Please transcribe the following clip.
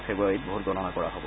ফেব্ৰুৱাৰীত ভোট গণনা কৰা হব